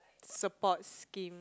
support scheme